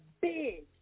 big